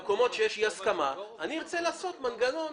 במקומות שיש אי הסכמה, אני ארצה לעשות מנגנון.